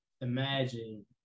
imagine